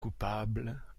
coupable